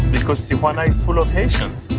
because tijuana is full of haitians.